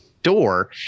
door